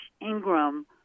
Ingram